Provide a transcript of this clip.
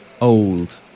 old